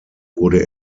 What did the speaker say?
wurde